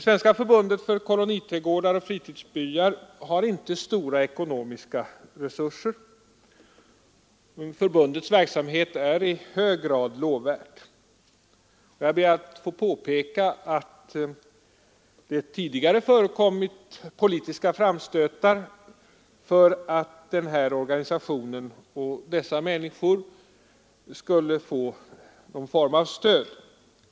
Svenska förbundet för koloniträdgårdar och fritidsbyar har inte stora ekonomiska resurser. Förbundets verksamhet är i hög grad lovvärd. Jag ber att få påpeka att det tidigare förekommit politiska framstötar för att den här organisationen och dessa människor skulle få någon form av stöd.